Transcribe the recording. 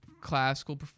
classical